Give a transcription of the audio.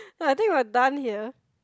I think we are done here